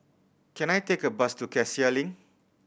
can I take a bus to Cassia Link